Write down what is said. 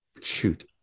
Shoot